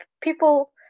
people